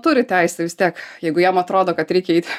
turi teisę vis tiek jeigu jam atrodo kad reikia eit